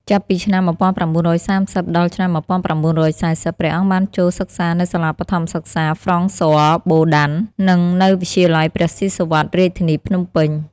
ចាប់ពីឆ្នាំ១៩៣០ ដល់ឆ្នាំ១៩៤០ ព្រះអង្គបានចូលសិក្សានៅសាលាបឋមសិក្សា ហ្វ្រង់ស័រ បូឌាន់ និងនៅវិទ្យាល័យព្រះស៊ីសុវត្ថិ រាជធានីភ្នំពេញ។